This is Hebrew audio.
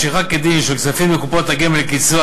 משיכה כדין של כספים מקופת הגמל לקצבה